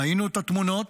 ראינו את התמונות,